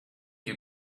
you